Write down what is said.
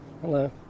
Hello